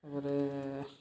ତା'ପରେ